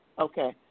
Okay